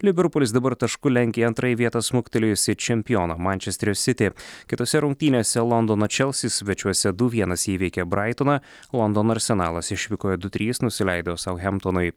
liverpulis dabar tašku lenkia į antrąją vietą smuktelėjusį čempioną mančesterio siti kitose rungtynėse londono čelsi svečiuose du vienas įveikė braitoną londono arsenalas išvykoj du trys nusileido sauhemptonui